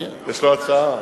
יש לו הצעה.